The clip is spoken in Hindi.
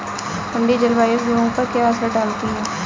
ठंडी जलवायु गेहूँ पर क्या असर डालती है?